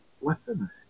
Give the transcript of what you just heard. weapon